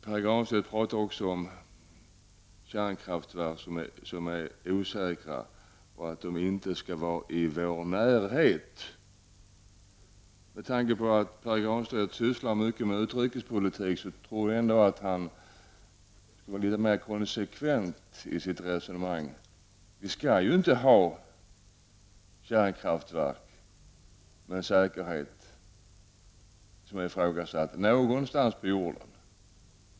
Pär Granstedt pratar också om kärnkraftverk som är osäkra och att de inte skall finnas i vår närhet. Med tanke på att Pär Granstedt sysslar mycket med utrikespolitik tycker jag att han borde vara litet mer konsekvent i sitt resonemang. Vi skall ju inte ha kärnkraftverk med ifrågasatt säkerhet någonstans på jorden.